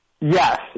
Yes